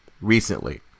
recently